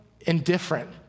indifferent